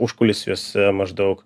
užkulisiuose maždaug